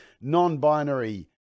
non-binary